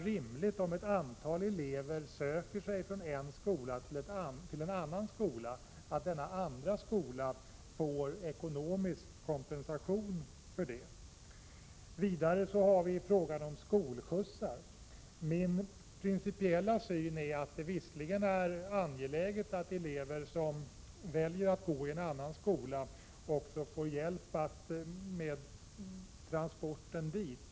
Om ett antal elever söker sig från en skola till en annan, måste det väl vara rimligt att denna andra skola får ekonomisk kompensation för det. Vidare har vi frågan om skolskjutsar. Min principiella syn är att det visserligen är angeläget att elever som väljer att gå i en annan skola också får hjälp med transporten dit.